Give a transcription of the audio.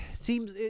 seems